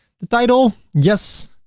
the title yes,